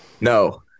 No